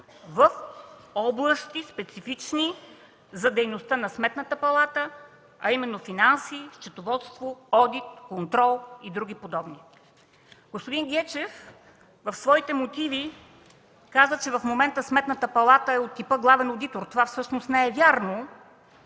области от дейността на Сметната палата, а именно финанси, счетоводство, одит, контрол и други подобни. Господин Гечев в своите мотиви каза, че в момента Сметната палата е от типа главен одитор. Това всъщност не е вярно.